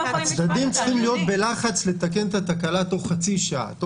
הצדדים צריכים להיות בלחץ לתקן את התקלה תוך חצי שעה.